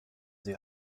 sie